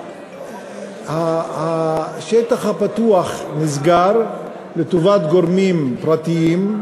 השטח הפתוח נסגר לטובת גורמים פרטיים,